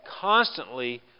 constantly